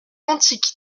antique